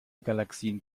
galaxien